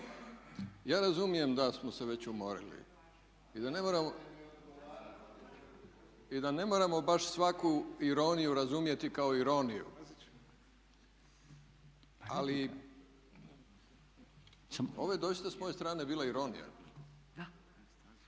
Ja razumijem vas … /Upadica se ne razumije./… I da ne moramo baš svaku ironiju razumjeti kao ironiju ali ovo je doista s moje strane bila ironija. …